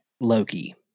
Loki